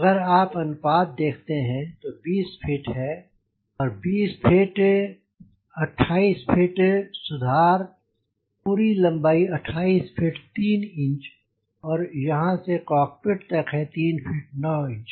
अगर आप अनुपात देखते हैं 20 फ़ीट है 20 फ़ीट 28 फ़ीट सुधार पूरी लम्बाई है 28 फ़ीट 3 इंच और यहाँ से कॉकपिट तक है 3 फ़ीट 9 इंच